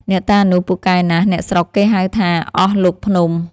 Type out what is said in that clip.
អ្នកតានោះ ពូកែណាស់ អ្នកស្រុកគេហៅថា អស់លោកភ្នំ ។